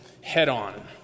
head-on